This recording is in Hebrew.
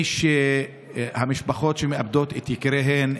המשפחות שמאבדות את יקיריהן,